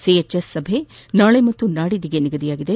CHS ಸಭೆ ನಾಳಿ ಮತ್ತು ನಾಡಿದ್ದಿಗೆ ನಿಗದಿಯಾಗಿದೆ